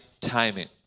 timing